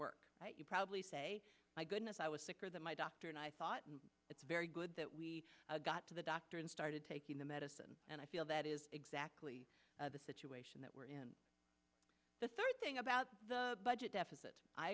work you probably say my goodness i was sicker than my doctor and i thought it's very good that we got to the doctor and started taking the medicine and i feel that is exactly the situation that we're in the third thing about the budget deficit i